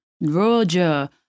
Roger